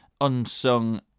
unsung